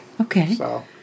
Okay